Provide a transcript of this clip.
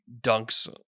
dunks